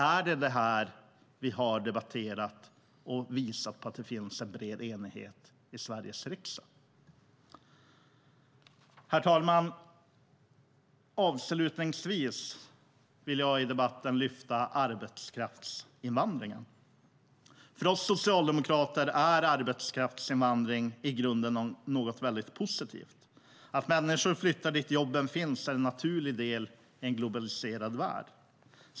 Är det detta vi har debatterat och visat att det finns en bred enighet om i Sveriges riksdag? Herr talman! Avslutningsvis vill jag i debatten lyfta upp arbetskraftsinvandringen. För oss socialdemokrater är arbetskraftsinvandring i grunden något väldigt positivt. Att människor flyttar dit jobben finns är en naturlig del i en globaliserad värld.